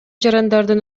жарандардын